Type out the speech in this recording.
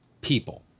people